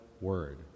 word